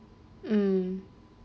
mm